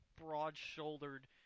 broad-shouldered